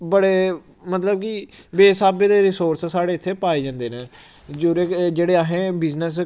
बड़े मतलब कि बे स्हाबै दे रिसोर्स साढ़े इत्थै पाए जंदे न जुदे जेह्ड़े असें बिजनस